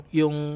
yung